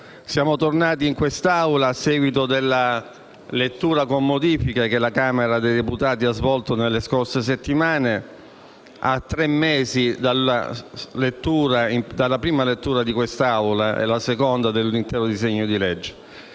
del Senato a seguito della lettura con modifiche che la Camera dei deputati ha svolto nelle scorse settimane, a tre mesi dalla prima lettura di quest'Assemblea (la seconda dell'intero disegno di legge).